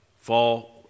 fall